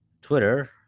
Twitter